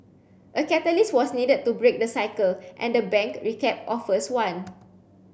a catalyst was needed to break the cycle and the bank recap offers one